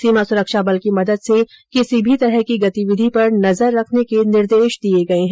सीमा सुरक्षा बल की मदद से किसी भी तरह की गतिविधि पर नजर रखने के निर्देश दिए गए हैं